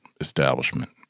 establishment